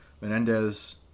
Menendez